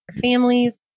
families